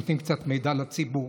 נותנים קצת מידע לציבור.